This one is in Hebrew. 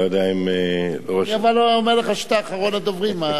אני אומר לך שאתה אחרון הדוברים.